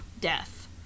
death